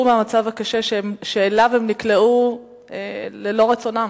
מהמצב הקשה שאליו הם נקלעו ללא רצונם.